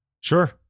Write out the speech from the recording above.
sure